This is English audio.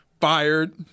fired